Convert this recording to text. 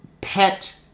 pet